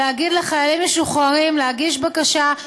להגיד לחיילים משוחררים להגיש בקשה.